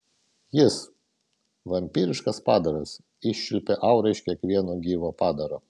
jis vampyriškas padaras iščiulpia aurą iš kiekvieno gyvo padaro